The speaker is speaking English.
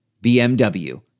BMW